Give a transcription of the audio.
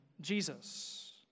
Jesus